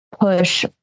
push